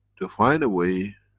to find a way